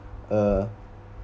uh